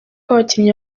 abakinnyi